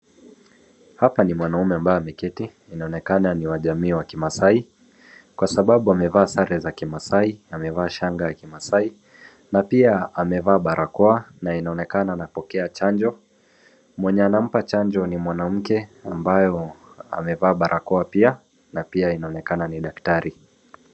Hapa ni mwanume ambaye ameketi inaonekana ni wa jamii wa kimaasai kwa sababu amevaa sare za kimaasi, amevaa shanga ya kimasai na pia amevaa barakoa na inaonekana anapokea chanjo. Mwenye anampa chanjo ni mwanamke ambayo amevaa barakoa pia na pia inaonekana ni daktari.